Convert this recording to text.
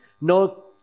no